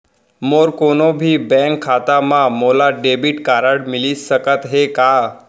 मोर कोनो भी बैंक खाता मा मोला डेबिट कारड मिलिस सकत हे का?